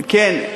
כן,